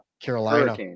carolina